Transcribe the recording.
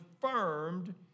confirmed